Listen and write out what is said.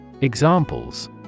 Examples